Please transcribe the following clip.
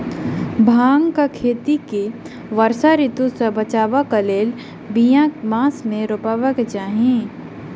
भांगक खेती केँ वर्षा ऋतु सऽ बचेबाक कऽ लेल, बिया केँ मास मे रोपबाक चाहि?